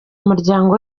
umuryango